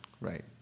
Right